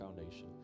foundation